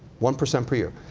one percent per year.